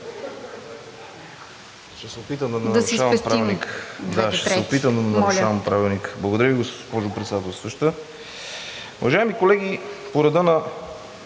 Ще се опитам да не нарушавам Правилника. Благодаря Ви, госпожо Председателстващ. Уважаеми колеги, по реда на